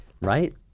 Right